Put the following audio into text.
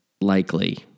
likely